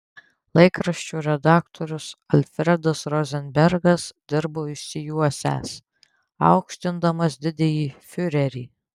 laikraščio redaktorius alfredas rozenbergas dirbo išsijuosęs aukštindamas didįjį fiurerį